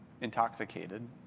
intoxicated